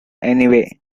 anyway